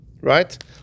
Right